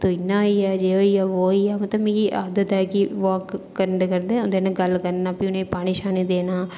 तू इ'यां होई गेआ जे होई गेआ बो होई गेआ मतलब मिकी आदत ऐ कि वाक करदे करदे उं'दे कन्नै गल्ल करना फ्ही उ'नेंगी पानी शानी देना